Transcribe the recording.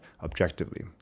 objectively